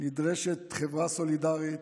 נדרשת חברה סולידרית,